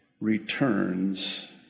returns